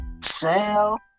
Sell